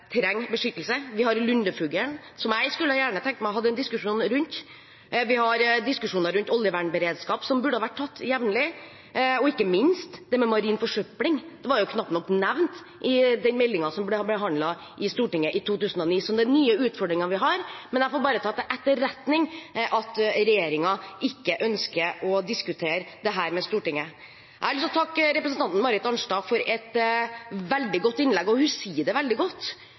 trenger beskyttelse. Vi har lundefuglen, som jeg gjerne kunne tenke meg å ha en diskusjon rundt. Vi har diskusjoner rundt oljevernberedskap, som burde vært tatt jevnlig, og ikke minst det med marin forsøpling. Det var knapt nok nevnt i den meldingen som ble behandlet i Stortinget i 2009, og er den nye utfordringen vi har. Men jeg får bare ta til etterretning at regjeringen ikke ønsker å diskutere dette med Stortinget. Jeg har lyst til å takke representanten Marit Arnstad for et veldig godt innlegg. Hun sier det veldig godt: